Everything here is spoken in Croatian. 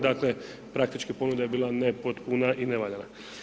Dakle praktički ponuda je bila nepotpuna i nevaljana.